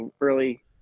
early